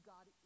God